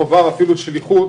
חובה ואפילו שליחות